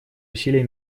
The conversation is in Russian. усилия